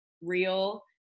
real